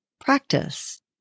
practice